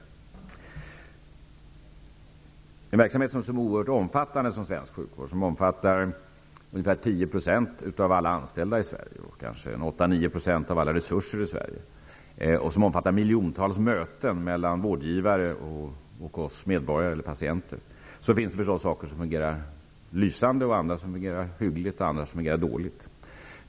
Den svenska sjukvården är oerhört omfattande. Den omfattar ungefär 10 % av alla anställda i Sverige och kanske 8-9 % av alla resurser i Sverige. Den omfattar också miljontals möten mellan vårdgivare och oss medborgare-patienter. I en så stor verksamhet finns saker som fungerar lysande, andra som fungerar hyggligt och åter andra som fungerar dåligt.